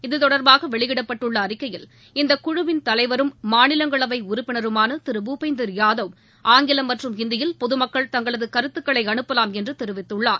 இதுதொடர்பாக வெளியிடப்பட்டுள்ள அறிக்கையில் இந்தக் குழுவின் தலைவரும் மாநிலங்களவை உறுப்பினருமான திரு பிபேந்திர யாதவ் ஆங்கிலம் மற்றும் ஹிந்தியில் பொதுமக்கள் தங்களது கருத்துக்களை அனுப்பலாம் என்று தெரிவித்துள்ளார்